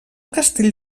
castell